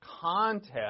context